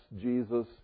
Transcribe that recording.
Jesus